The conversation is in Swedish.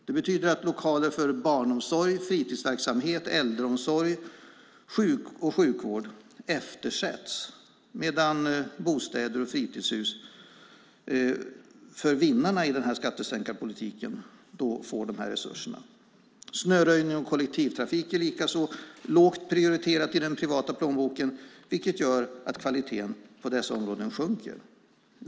Det betyder att lokaler för barnomsorg, fritidsverksamhet, äldreomsorg och sjukvård eftersätts medan bostäder och fritidshus får dessa resurser från vinnarna i skattesänkarpolitiken. Snöröjning och kollektivtrafik är likaså lågt prioriterade i den privata plånboken, vilket gör att kvaliteten sjunker på dessa områden.